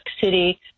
City